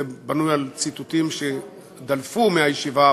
זה בנוי על ציטוטים שדלפו מהישיבה,